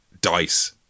dice